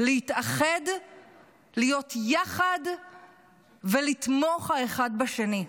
להתאחד להיות יחד ולתמוך האחד בשני.